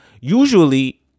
usually